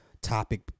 topic